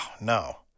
no